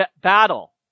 battle